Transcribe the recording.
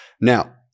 Now